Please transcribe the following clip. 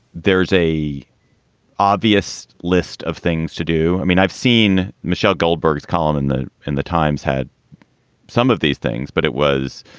there is a obvious list of things to do? i mean, i've seen michelle goldberg's column in the in the times had some of these things, but it was,